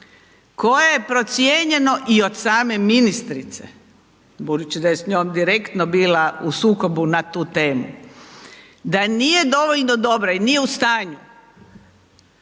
koja je procjeno i od same ministrice, budući da je s njom direktno bila u sukobu na tu temu, da nije dovoljno dobra i nije u stanju